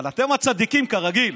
אבל אתם הצדיקים, כרגיל.